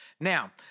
Now